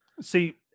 See